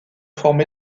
forme